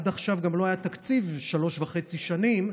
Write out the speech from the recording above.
עד עכשיו גם לא היה תקציב, שלוש וחצי שנים,